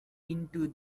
into